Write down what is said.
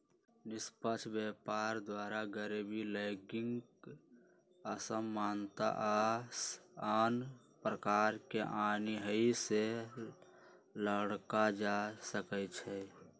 निष्पक्ष व्यापार द्वारा गरीबी, लैंगिक असमानता आऽ आन प्रकार के अनिआइ से लड़ल जा सकइ छै